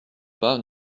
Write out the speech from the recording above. pas